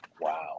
Wow